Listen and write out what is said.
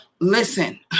listen